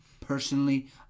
personally